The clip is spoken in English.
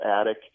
attic